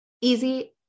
Easy